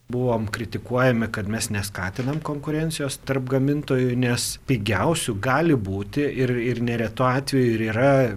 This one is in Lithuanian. buvom kritikuojami kad mes neskatinam konkurencijos tarp gamintojų nes pigiausių gali būti ir ir neretu atveju ir yra